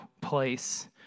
place